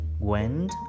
Gwen